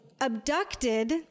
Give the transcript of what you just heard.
abducted